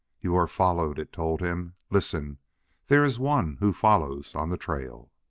you are followed! it told him. listen there is one who follows on the trail!